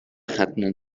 ختنه